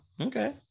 okay